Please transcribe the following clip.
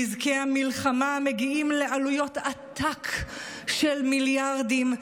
נזקי המלחמה מגיעים לעלויות עתק של מיליארדים,